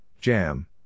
jam